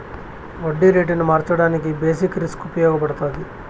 వడ్డీ రేటును మార్చడానికి బేసిక్ రిస్క్ ఉపయగపడతాది